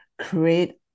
create